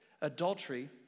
adultery